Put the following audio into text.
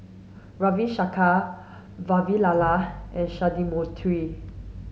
Ravi Shankar Vavilala and Sundramoorthy